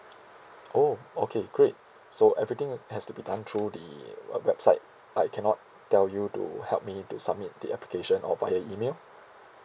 oh okay great so everything has to be done through the uh website I cannot tell you to help me to submit the application or via email